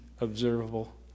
observable